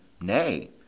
Nay